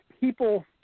people